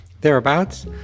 thereabouts